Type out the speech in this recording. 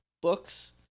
books